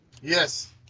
Yes